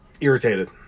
irritated